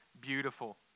beautiful